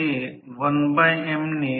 तर तर आय 2 0